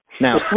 Now